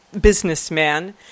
businessman